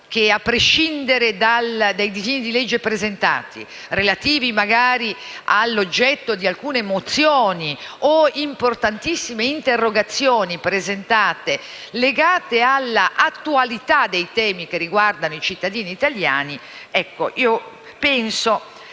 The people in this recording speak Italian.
a prescindere dai disegni di legge presentati, magari relativi all'oggetto di alcune mozioni o di importantissime interrogazioni presentate, legate alla attualità dei temi che riguardano i cittadini italiani, pur trattandosi